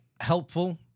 helpful